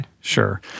Sure